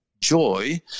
joy